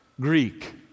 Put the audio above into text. Greek